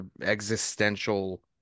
existential